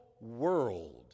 world